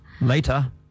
Later